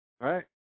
right